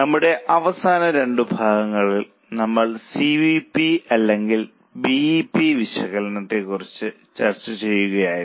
നമ്മളുടെ അവസാന രണ്ടു ഭാഗങ്ങളിൽ നമ്മൾ സി വി പി അല്ലെങ്കിൽ ബി ഇ പി വിശകലനത്തെ കുറിച്ച് ചർച്ച ചെയ്യുകയായിരുന്നു